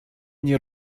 nie